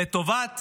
לטובת